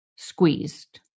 squeezed